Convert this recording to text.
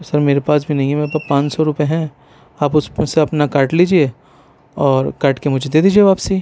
سر میرے پاس بھی نہیں میرے پاس پانچ سو روپیے ہیں آپ اس میں سے اپنا کاٹ لیجئے اور کاٹ کے مجھے دے دیجئے واپسی